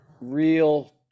real